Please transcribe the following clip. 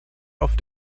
auf